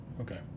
okay